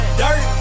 dirt